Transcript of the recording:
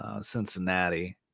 Cincinnati